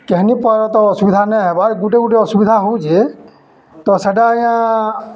କେହେନି ପରେ ତ ଅସୁବିଧା ନାଇଁ ହେବାର୍ ଗୁଟେ ଗୁଟେ ଅସୁବିଧା ହଉଚେ ତ ସେଟା ଆଜ୍ଞା